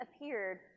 appeared